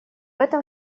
этом